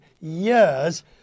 years